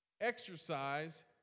Exercise